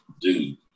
dude